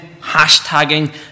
hashtagging